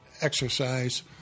exercise